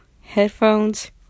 headphones